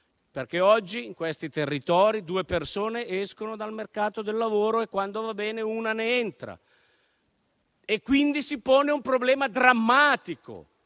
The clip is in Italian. Oggi in quei territori due persone escono dal mercato del lavoro e, quando va bene, una ne entra. Quindi, si pone un problema drammatico